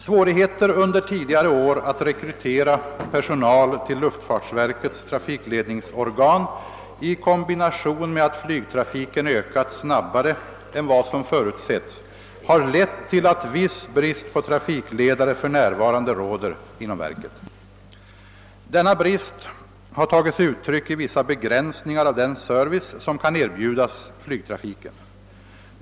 Svårigheter under tidigare år att rekrytera personal till luftfartsverkets trafikledningsorgan i kombination med att flygtrafiken ökat snabbare än vad som förutsetts har lett till att viss brist på trafikledare för närvarande råder inom verket. Denna brist har tagit sig uttryck i vissa begränsningar av den service som kan erbjudas flygtrafiken.